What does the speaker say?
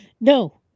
No